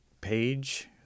page